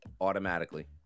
automatically